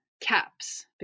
caps